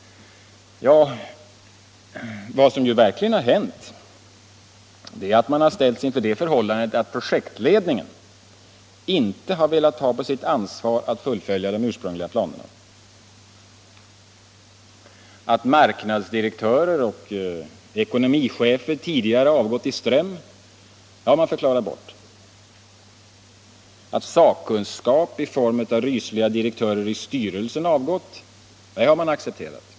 Ja, vad som verkligen har hänt är att man har ställts inför det förhållandet, att projektledningen inte har velat ta på sitt ansvar att fullfölja de ursprungliga planerna. Att marknadsdirektörer och ekonomichefer tidigare avgått i ström har man förklarat bort. Att sakkunskap i form av rysliga direktörer i styrelsen avgått har man accepterat.